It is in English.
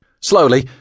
Slowly